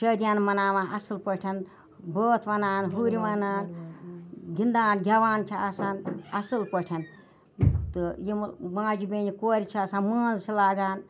شٲدیانہٕ مَناوان اَصٕل پٲٹھۍ بٲتھ وَنان ہُرۍ وَنان گِنٛدان گٮ۪وان چھِ آسان اَصٕل پٲٹھۍ تہٕ یِم ماجہٕ بیٚنہِ کورِ چھِ آسان مٲنٛز چھِ لاگان